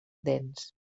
dens